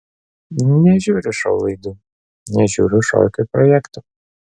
nežiūriu šou laidų nežiūriu šokių projektų